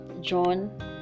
John